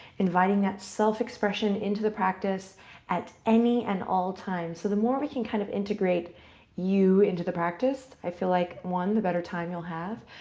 inviting that self-expression into the practice at any and all times. so the more we can kind of integrate you into the practice, i feel like, one, the better time you'll have,